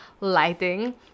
lighting